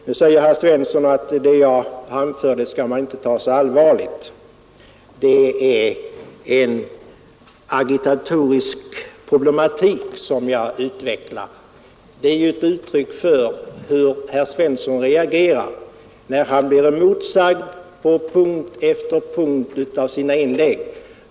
Nu säger herr Svensson att vad jag anförde inte skall tas så allvarligt och att det är en agitatorisk problematik jag utvecklar. Det är ju ett uttryck för hur herr Svensson reagerar när han blir emotsagd på punkt efter punkt av sina inlägg.